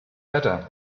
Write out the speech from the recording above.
better